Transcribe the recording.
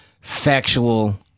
factual